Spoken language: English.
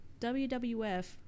WWF